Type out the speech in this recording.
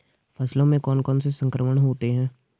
फसलों में कौन कौन से संक्रमण होते हैं?